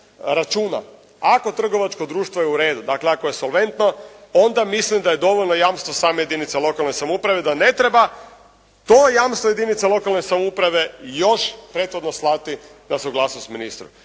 računa. Ako trgovačko društvo je u redu, dakle ako je solventno, onda mislim da je dovoljno jamstvo same jedinice lokalne samouprave da ne treba to jamstvo jedinica lokalne samouprave još prethodno slati na suglasnost ministru.